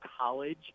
college